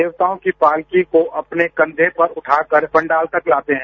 देवताओं की पालकी को अपने कंधे पर उठाकर पंडाल तक लाते हैं